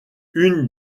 une